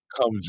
come